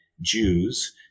Jews